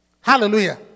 Hallelujah